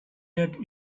that